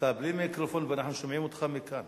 אתה בלי מיקרופון, ואנחנו שומעים אותך מכאן.